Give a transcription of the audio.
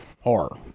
horror